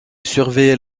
surveillait